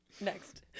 Next